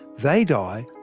they die,